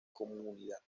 comunidad